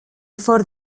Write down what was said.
fort